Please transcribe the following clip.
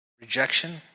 Rejection